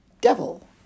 devil